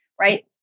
Right